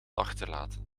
achterlaten